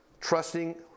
trusting